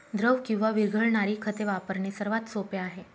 द्रव किंवा विरघळणारी खते वापरणे सर्वात सोपे आहे